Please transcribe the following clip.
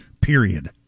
period